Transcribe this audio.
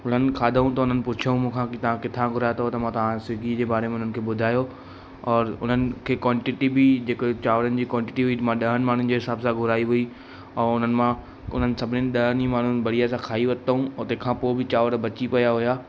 हुनन खाधऊं त उन्हनि पुछूं मूंखां की तव्हां किथां घुरायो अथओ त मां स्विगी जे बारे में उन्हनि खे ॿुधायो औरि उन्हनि खे क्वांटिटी बि जेके चावरनि जी क्वांटिटी हुई मां ॾहनि माण्हुनि जे हिसाब सां घुराई हुई ऐं हुननि मां हुनन सभिनीनि ॾहनि ई माण्हुनि बढ़िया सां खाई वरितऊं और तंहिंखां पोइ बि चांवर बची पिया हुआ